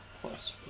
plus